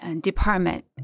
department